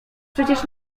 przecież